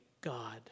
God